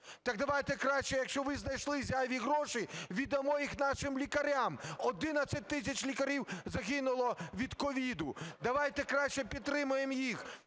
Так давайте краще, якщо ви знайшли зайві гроші, віддамо їх нашим лікарям, 11 тисяч лікарів загинули від COVID, давайте краще підтримаємо їх.